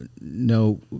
no